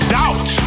doubt